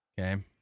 okay